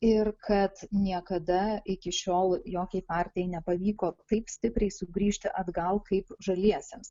ir kad niekada iki šiol jokiai partijai nepavyko taip stipriai sugrįžti atgal kaip žaliesiems